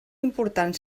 important